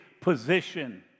position